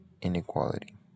inequality